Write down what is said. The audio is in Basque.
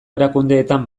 erakundeetan